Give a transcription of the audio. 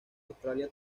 australia